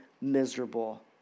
miserable